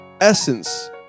essence